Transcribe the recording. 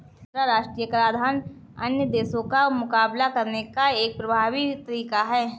अंतर्राष्ट्रीय कराधान अन्य देशों का मुकाबला करने का एक प्रभावी तरीका है